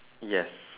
yes